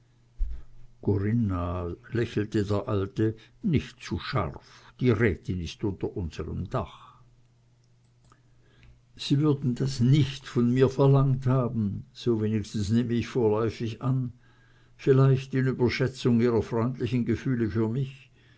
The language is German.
corinna lächelte der alte nicht zu scharf die rätin ist unter unserm dache sie würden das nicht von mir verlangt haben so wenigstens nehme ich vorläufig an vielleicht in überschätzung ihrer freundlichen gefühle für mich